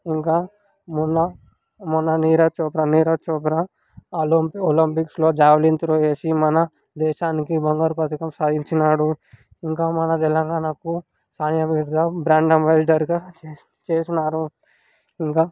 ఇంకా మొన్న మొన్న నీరజ్ చోప్రా నీరజ్ చోప్రా ఒలం ఒలంపిక్స్లో జావలిన్ త్రో వేసి మన దేశానికి బంగారు పథకం సాధించినారు ఇంకా మన తెలంగాణకు సానియా మీర్జా బ్రాండ్ అంబాసిడర్గా చేసినారు ఇంకా